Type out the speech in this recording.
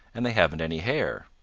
and they haven't any hair.